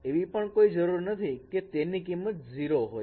અને એવી પણ કોઈ જરૂર નથી કે તેની કિંમત 0 હોય